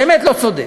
באמת לא צודק.